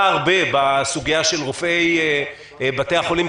הרבה בסוגיה של צוותים רפואיים בבתי חולים,